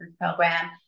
program